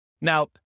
Now